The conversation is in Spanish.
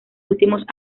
últimos